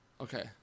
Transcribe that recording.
Okay